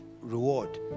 reward